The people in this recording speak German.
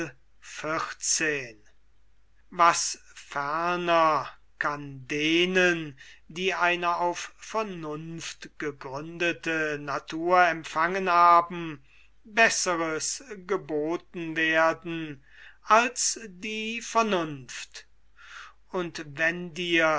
x was ferner kann denen die eine auf vernunft gegründete natur empfangen haben besseres geboten werden als die vernunft und wenn dir